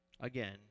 Again